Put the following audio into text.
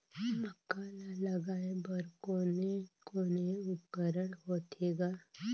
मक्का ला लगाय बर कोने कोने उपकरण होथे ग?